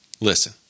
listen